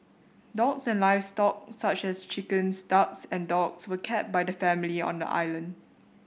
dogs and livestock such as chickens ducks and dogs were kept by the family on the island